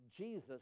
Jesus